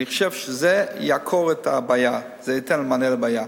אני חושב שזה יעקור את הבעיה, ייתן מענה לבעיה.